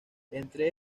entre